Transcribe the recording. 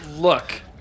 Look